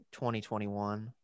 2021